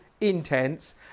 intense